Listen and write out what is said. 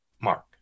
Mark